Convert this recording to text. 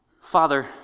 Father